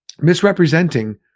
misrepresenting